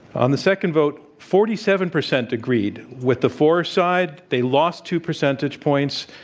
on the second vote, forty seven percent agreed with the for side. they lost two percentage points.